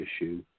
issue